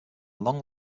long